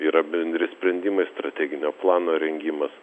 yra bendri sprendimai strateginio plano rengimas